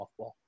softball